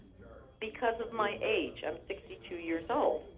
because of my age. i'm sixty two years old.